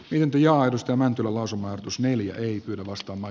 pienten johdosta mäntylä lausumaan rsneljä vastaava